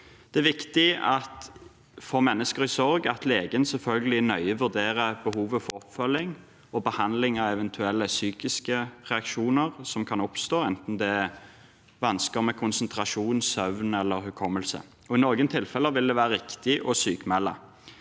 Det er viktig for mennesker i sorg at legen selvfølgelig nøye vurderer behovet for oppfølging og behandling av eventuelle psykiske reaksjoner som kan oppstå, enten det er vansker med konsentrasjonsevne eller hukommelse, og i noen tilfeller vil det være riktig å sykmelde.